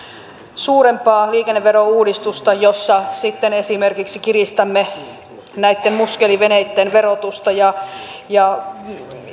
suurempaa liikenneverouudistusta jossa sitten esimerkiksi kiristämme näitten muskeliveneitten verotusta ja